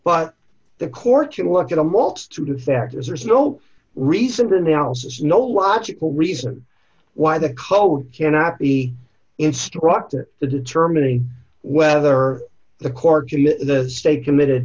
but the court you look at a multitude of factors or is no reason to analysis no logical reason why the code cannot be instructed to determining whether the court to the state committed